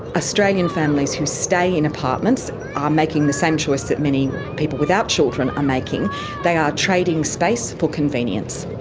australian families who stay in apartments are making the same choice that many people without children are um making they are trading space for convenience.